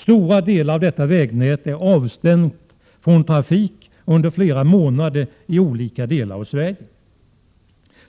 Stora delar av detta vägnät är avstängt från trafik under flera månader i olika delar av Sverige.